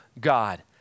God